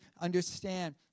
understand